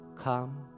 Come